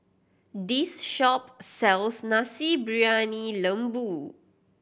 this shop sells Nasi Briyani Lembu